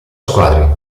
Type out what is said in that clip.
squadre